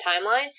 timeline